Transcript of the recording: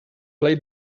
play